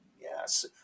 yes